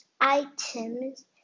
items